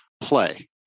play